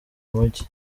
mujyi